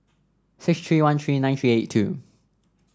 six three one three nine three eight two